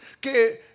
que